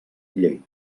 llei